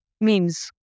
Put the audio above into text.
Memes